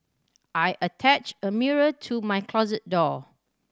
I attached a mirror to my closet door